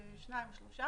זה שניים או שלושה.